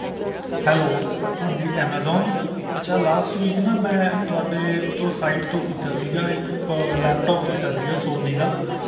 hello ਹਾਂਜੀ Amazon ਅੱਛਾ last week ਨਾ ਮੈਂ ਤੁਹਾਡੇ ਉਹ ਤੋਂ ਸਾਈਟ ਤੋਂ ਕੀਤਾ ਸੀਗਾ ਇੱਕ ਪੋ ਲੈਪਟਾਪ ਕੀਤਾ ਸੀਗਾ ਸੋਨੀ ਦਾ